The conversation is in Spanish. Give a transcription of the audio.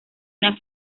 una